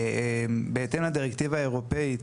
בהתאם לדירקטיבה האירופאית,